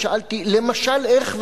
ושאלתי: למשל איך?